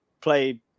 play